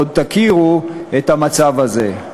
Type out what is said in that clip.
עוד תכירו את המצב הזה.